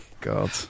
God